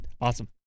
Awesome